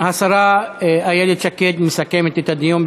השרה איילת שקד מסכמת את הדיון.